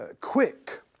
quick